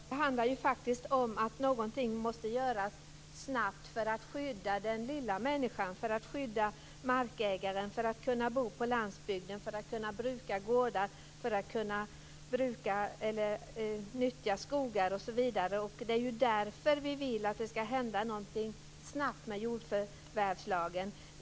Fru talman! Leif Jakobsson, det handlar ju faktiskt om att någonting måste göras snabbt för att skydda den lilla människan, för att skydda markägaren, för att man skall kunna bo på landsbygden, för att man skall kunna bruka gårdar, för att man skall kunna nyttja skogar osv. Det är ju därför vi vill att det skall hända någonting snabbt med jordförvärvslagen.